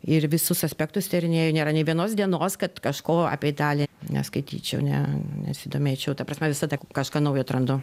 ir visus aspektus tyrinėju nėra nei vienos dienos kad kažko apie italiją neskaityčiau ne nesidomėčiau ta prasme visada kažką naujo atrandu